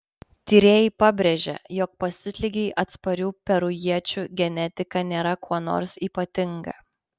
tyrėjai pabrėžia jog pasiutligei atsparių perujiečių genetika nėra kuo nors ypatinga